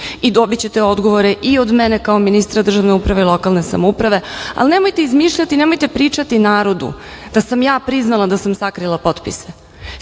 i dobićete odgovore i od mene kao ministra državne uprave i lokalne samouprave, ali nemojte izmišljati, nemojte pričati narodu da sam ja priznala da sam sakrila potpise. Svi